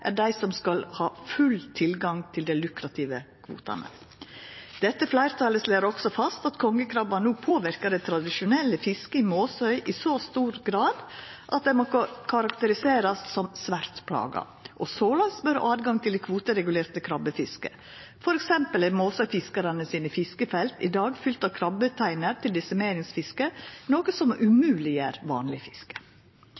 er dei som skal ha full tilgang til dei lukrative kvotane. Dette fleirtalet slår også fast at kongekrabben no påverkar det tradisjonelle fisket i Måsøy i så stor grad at fiskarane her må karakteriserast som svært plaga og såleis bør ha tilgang til det kvoteregulerte krabbefisket. Til dømes er Måsøy-fiskarane sine fiskefelt i dag fylte av krabbeteiner til desimeringsfiske, noko som